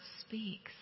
speaks